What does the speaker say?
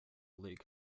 league